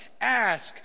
Ask